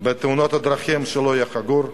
בתאונות הדרכים שלא היה חגור,